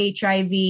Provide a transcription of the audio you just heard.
HIV